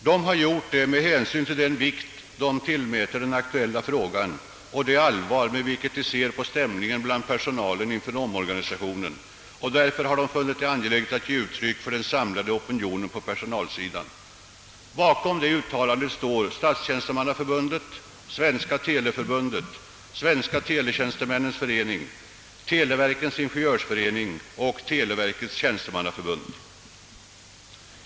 Detta har de gjort med tanke på den vikt de tillmäter den aktuella frågan och det allvar med vilket de ser på stämningen bland personalen inför omorganisationen, varför de funnit det angeläget att ge uttryck för den samlade opinionen på personalsidan. Bakom detta uttalande står Statstjänstemannaförbundet, Svenska teleförbundet, Svenska teletjänstemännens förening, ”Televerkets ingenjörsförening och Televerkets tjänstemannaförbund.